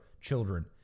children